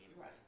Right